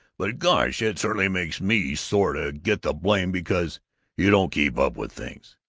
but gosh, it certainly makes me sore to get the blame because you don't keep up with things.